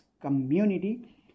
Community